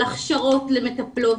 הכשרות למטפלות,